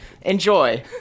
Enjoy